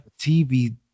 TV